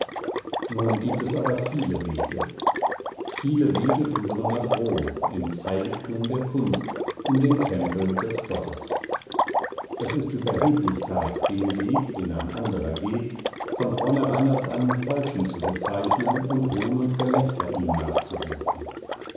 nun gibt es aber viele wege viele wege führen nach rom ins heiligtum der kunst in den tempel des gottes es ist überheblichkeit den weg den ein anderer geht von vornherein als einen falschen zu bezeichnen und hohn und gelächter ihm nachzurufen